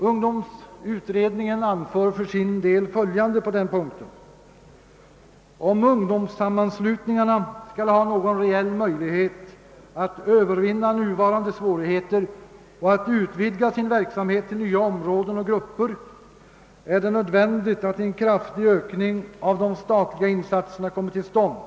Ungdomsutredningen anför följande på denna punkt: Om ungdomssammanslutningarna skall ha någon reell möjlighet att övervinna nuvarande svårigheter och att utvidga sin verksamhet till nya områden och grupper, är det nödvändigt att en kraftig ökning av de statliga insatserna kommer till stånd.